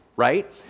right